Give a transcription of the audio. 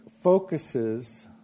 focuses